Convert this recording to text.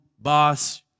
boss